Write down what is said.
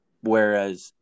Whereas